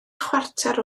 chwarter